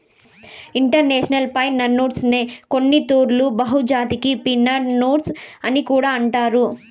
international ఫైనాన్సునే కొన్నితూర్లు బహుళజాతి ఫినన్సు అని కూడా అంటారు